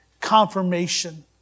confirmation